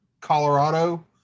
Colorado